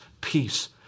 peace